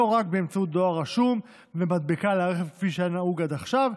ולא רק באמצעות דואר רשום ומדבקה על הרכב כפי שהיה נהוג עד עכשיו,